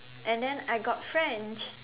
and then I got French